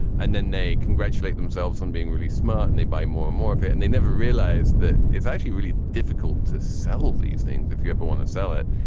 and then they congratulate themselves on being really smart and they buy more and more of it and they never realize that it's actually really difficult to sell these things if you ever want to sell it.